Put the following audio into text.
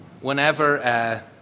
Whenever